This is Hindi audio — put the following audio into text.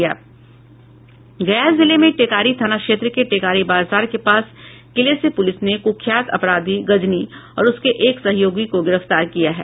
गया जिले में टेकारी थाना क्षेत्र के टेकारी बाजार के पास किले से पुलिस ने कुख्यात अपराधी गजनी और उसके एक सहयोगी को गिरफ्तार किया है